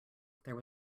there